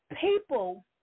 people